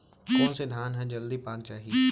कोन से धान ह जलदी पाक जाही?